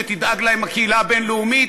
שתדאג להם הקהילה הבין-לאומית.